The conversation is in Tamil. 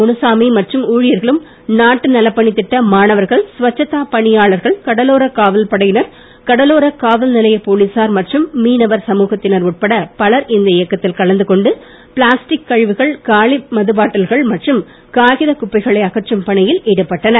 முனுசாமி மற்றும் ஊழியர்களும் நாட்டு நலப்பணித் திட்ட மாணவர்கள் ஸ்வசதா பணியாளர்கள் கடலோரக் காவல் படையினர் கடலோரக் காவல் நிலைய போலீசார் மற்றும் மீனவர் சமூகத்தினர் உட்பட பலர் இந்த இயக்கத்தில் கலந்து கொண்டு பிளாஸ்டிக் கழிவுகள் காலி மதுபுட்டிகள் மற்றம் காகிதக் குப்பைகளை அகற்றும் பணியில் ஈடுபட்டனர்